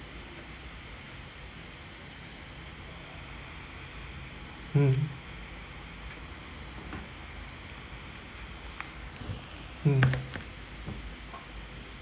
mm mm